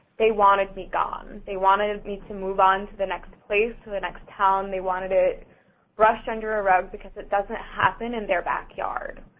they wanted me gone. they wanted me to move on to the next place, to the next town. they wanted it brushed under a rug because it doesn't happen in their backyard.